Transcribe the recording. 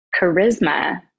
charisma